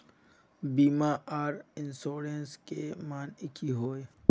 बीमा आर इंश्योरेंस के माने की होय?